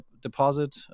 deposit